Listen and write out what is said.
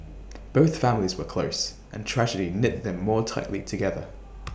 both families were close and tragedy knit them more tightly together